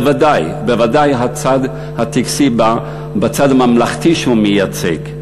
בוודאי הצד הטקסי בצד הממלכתי שהוא מייצג,